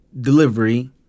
delivery